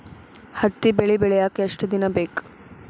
ಹತ್ತಿ ಬೆಳಿ ಬೆಳಿಯಾಕ್ ಎಷ್ಟ ದಿನ ಬೇಕ್?